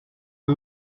eux